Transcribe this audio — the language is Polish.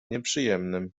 nieprzyjemnym